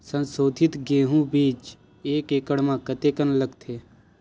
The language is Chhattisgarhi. संसोधित गेहूं बीज एक एकड़ म कतेकन लगथे?